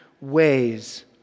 ways